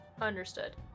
Understood